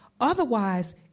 Otherwise